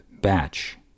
batch